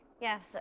Yes